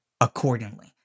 accordingly